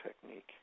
technique